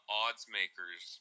oddsmakers